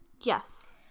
Yes